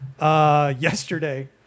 yesterday